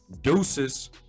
deuces